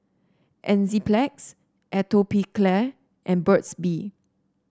Enzyplex Atopiclair and Burt's Bee